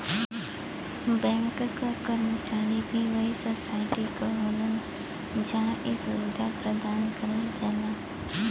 bank क कर्मचारी भी वही सोसाइटी क होलन जहां इ सुविधा प्रदान करल जाला